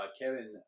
Kevin